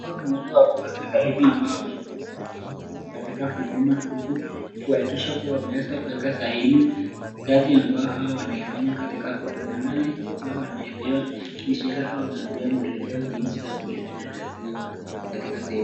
Hawa ni wale wakuu wa serikalini ambao wamewesa ku, kuenda katika huduma, huku, kuhakikisha kuwa wameeza kueka saini, kazi ambao hawa wanaifanya katika huduma, naye, hawa wanaekewa, mishara au wanawapewa mwelekeo jinsi ya kuifanya kazi hio, katika shemu.